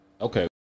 Okay